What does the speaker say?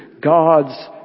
God's